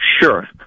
sure